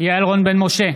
יעל רון בן משה,